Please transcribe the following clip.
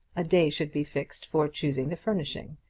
a day should be fixed for choosing the furnishing.